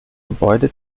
gebäude